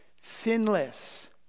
Sinless